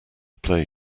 play